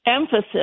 emphasis